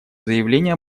заявления